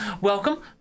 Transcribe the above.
Welcome